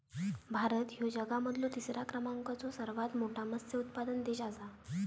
भारत ह्यो जगा मधलो तिसरा क्रमांकाचो सर्वात मोठा मत्स्य उत्पादक देश आसा